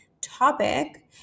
topic